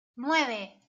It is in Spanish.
nueve